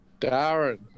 Darren